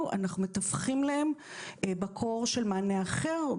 - אנחנו מתווכים אליהם מקור של מענה אחר,